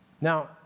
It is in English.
Now